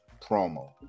promo